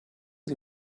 sie